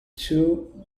two